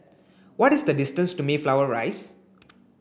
what is the distance to Mayflower Rise